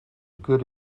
good